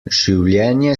življenje